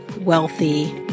wealthy